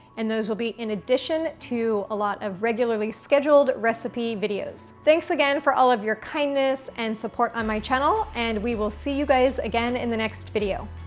and those will be in addition to a lot of regularly scheduled recipe videos. thanks again for all of your kindness and support on my channel, and we will see you guys again in the next video.